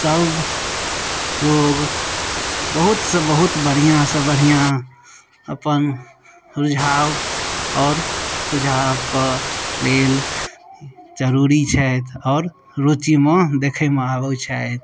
सभ लोग बहुत सँ बहुत बढ़िआँ सँ बढ़िआँ अपन रुझान आओर रुझानके लेल जरूरी छथि आओर रुचिमे देखैमे आबै छथि